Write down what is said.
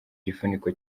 gifuniko